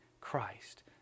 Christ